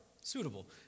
suitable